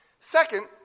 Second